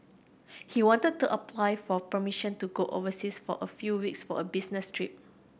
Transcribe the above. he wanted to apply for permission to go overseas for a few weeks for a business trip